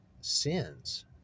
Sins